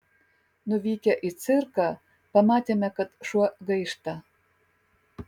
nuvykę į cirką pamatėme kad šuo gaišta